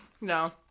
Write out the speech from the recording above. No